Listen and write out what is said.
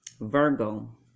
virgo